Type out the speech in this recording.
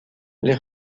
les